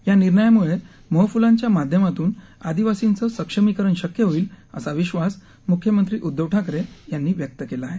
या निर्णयामुळे मोहफुलांच्या माध्यमातून आदिवासींचं सक्षमीकरण शक्य होईल असा विश्वास मुख्यमंत्री उद्धव ठाकरे यांनी व्यक्त केला आहे